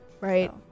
Right